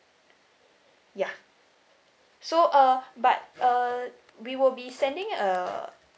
ya so uh but uh we will be sending a